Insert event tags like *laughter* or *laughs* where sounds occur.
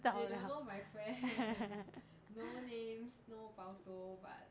they don't know my friend *laughs* no names no bao toh but